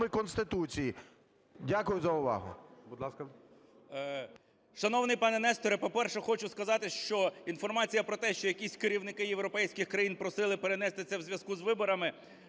Конституції. Дякую за увагу.